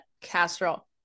casserole